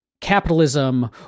capitalism